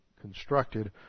constructed